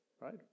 right